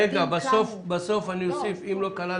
בסוף אני אוסיף, אם לא כללתי.